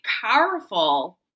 powerful